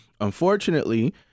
Unfortunately